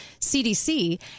CDC